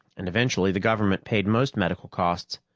and eventually the government paid most medical costs,